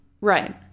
Right